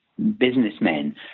businessmen